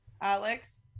Alex